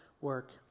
work